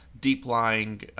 deep-lying